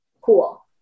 Cool